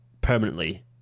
permanently